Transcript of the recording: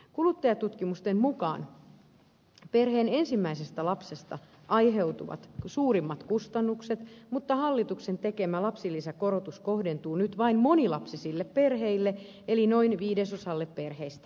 kuluttajatutkimusten mukaan perheen ensimmäisestä lapsesta aiheutuvat suurimmat kustannukset mutta hallituksen tekemä lapsilisäkorotus kohdentuu nyt vain monilapsisille perheille eli noin viidesosalle perheistä